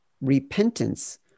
repentance